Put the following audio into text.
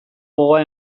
gogoa